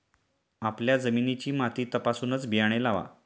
आपल्या जमिनीची माती तपासूनच बियाणे लावा